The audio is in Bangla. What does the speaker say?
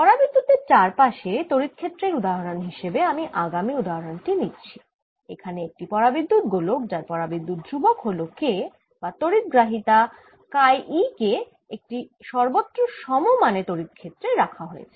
পরাবিদ্যুতের চার পাশে তড়িৎ ক্ষেত্রের উদাহরন হিসেবে আগামি উদাহরন টি নিচ্ছি এখানে একটি পরাবিদ্যুত গোলক যার পরাবিদ্যুত ধ্রুবক হল K বা তড়িৎ গ্রাহিতা কাই e কে একটি সর্বত্র সম মানে তড়িৎ ক্ষেত্রে রাখা হয়েছে